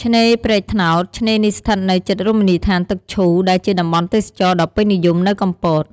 ឆ្នេរព្រែកត្នោត ឆ្នេរនេះស្ថិតនៅជិតរមណីយដ្ឋានទឹកឈូ ដែលជាតំបន់ទេសចរណ៍ដ៏ពេញនិយមនៅកំពត។